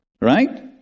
right